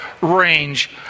range